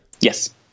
Yes